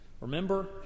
Remember